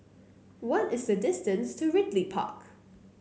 what is the distance to Ridley Park